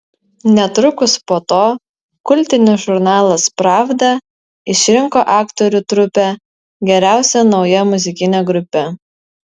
netrukus po to kultinis žurnalas pravda išrinko aktorių trupę geriausia nauja muzikine grupe